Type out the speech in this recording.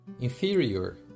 Inferior